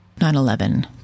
9-11